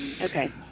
okay